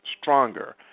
stronger